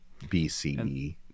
bce